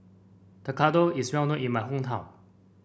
tekkadon is well known in my hometown